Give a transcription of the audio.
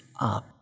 up